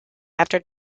after